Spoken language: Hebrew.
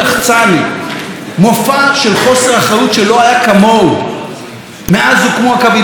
מופע של חוסר אחריות שלא היה כמוהו מאז הוקמו הקבינטים במדינת ישראל.